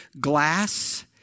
glass